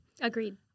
Agreed